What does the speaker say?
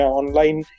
online